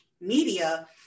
media